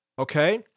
Okay